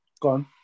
gone